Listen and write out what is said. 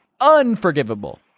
Unforgivable